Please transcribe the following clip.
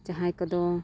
ᱡᱟᱦᱟᱸ ᱠᱚᱫᱚ